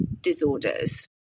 disorders